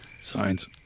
Science